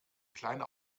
kleine